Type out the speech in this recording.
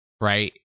Right